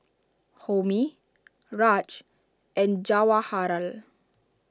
Homi Raj and Jawaharlal